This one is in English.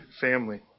family